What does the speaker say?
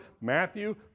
Matthew